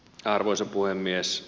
arvoisa puhemies